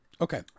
Okay